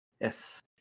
Yes